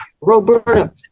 Roberta